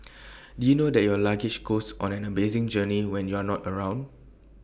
did you know that your luggage goes on an amazing journey when you're not around